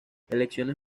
elecciones